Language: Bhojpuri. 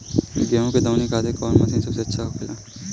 गेहु के दऊनी खातिर कौन मशीन सबसे अच्छा होखेला?